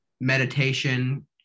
meditation